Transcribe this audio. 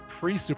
Pre